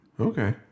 Okay